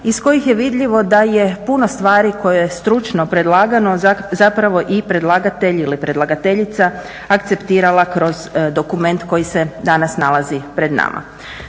iz kojih je vidljivo da je puno stvari koje je stručno predlagano zapravo i predlagatelj ili predlagateljica akceptirala kroz dokument koji se danas nalazi pred nama.